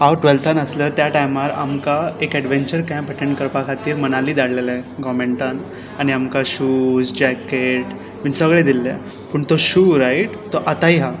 हांव टुवॅल्तान आसले त्या टायमार आमकां एक एडवँचर कँप अटँड करपा खातीर मनाली धाडलेले गॉमँटान आनी आमकां शूज जॅकेट बीन सगळें दिल्लेंं पूण तो शू रायट तो आतांय हा